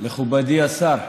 מכובדי השר,